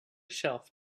shelf